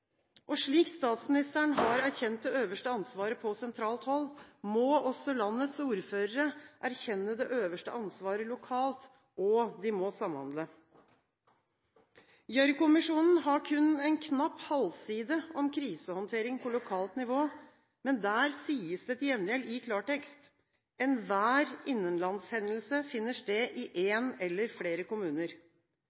Slik statsministeren har erkjent det øverste ansvaret på sentralt hold, må også landets ordførere erkjenne det øverste ansvaret lokalt, og de må samhandle. Gjørv-kommisjonen har kun en knapp halvside om krisehåndtering på lokalt nivå, men der sies det til gjengjeld i klartekst: «Enhver innenlandshendelse finner sted i